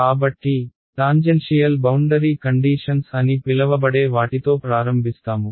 కాబట్టి tangential boundary conditions అని పిలవబడే వాటితో ప్రారంభిస్తాము